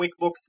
QuickBooks